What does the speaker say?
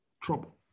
Trouble